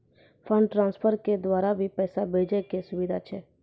Fund transfer के द्वारा भी पैसा भेजै के सुविधा छै?